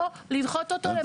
או לדחות אותו,